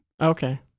okay